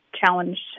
challenged